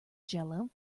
jello